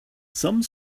some